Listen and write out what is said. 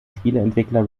spieleentwickler